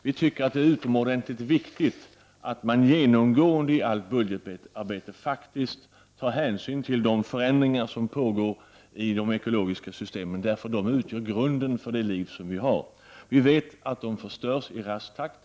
Vi anser att det är utomordentligt viktigt att man genomgående i allt budgetarbete tar hänsyn till de förändringar som pågår i de ekologiska systemen, eftersom de utgör grunden för det liv vi har. Vi vet att systemen förstörs i rask takt.